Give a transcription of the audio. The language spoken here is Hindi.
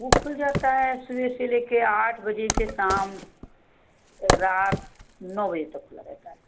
वह खुल जाता है सुबह से लेकर आठ बजे से शाम के रात नौ बजे तक खुला रहता है